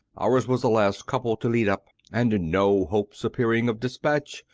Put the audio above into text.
ours was the last couple to lead up and no hopes appearing of dispatch,